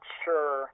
sure –